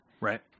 Right